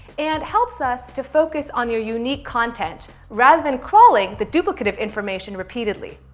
and helps us to focus on your unique content. rather than crawling the duplicate of information repeatedly.